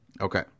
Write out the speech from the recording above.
Okay